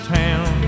town